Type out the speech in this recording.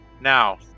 now